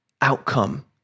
outcome